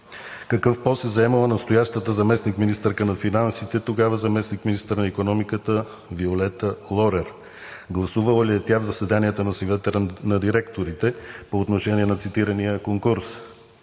Какъв пост е заемала настоящата заместник-министърка на финансите – тогава заместник-министър на икономиката, Виолета Лорер? Гласувала ли е тя в заседанията на Съвета на директорите по отношение на цитирания конкурс?